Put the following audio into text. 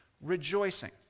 rejoicing